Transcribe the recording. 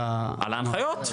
על ההנחיות.